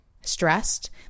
stressed